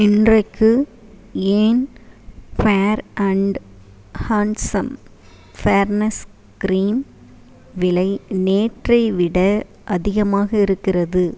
இன்றைக்கு ஏன் fair and handsome fairness cream விலை நேற்றை விட அதிகமாக இருக்கிறது